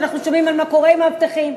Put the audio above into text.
כשאנחנו שומעים מה קורה עם מאבטחים,